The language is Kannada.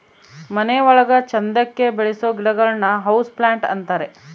ಮನೆ ಒಳಗ ಚಂದಕ್ಕೆ ಬೆಳಿಸೋ ಗಿಡಗಳನ್ನ ಹೌಸ್ ಪ್ಲಾಂಟ್ ಅಂತಾರೆ